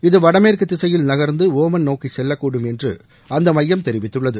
இது வடமேற்கு திசையில் நகர்ந்து ஒமன் நோக்கி செல்லக்கூடும் என்று அந்த மையம் தெரிவித்துள்ளது